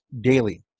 daily